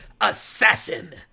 assassin